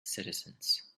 citizens